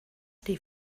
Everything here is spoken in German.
die